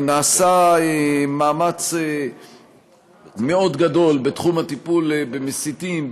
נעשה מאמץ מאוד גדול בתחום הטיפול במסיתים,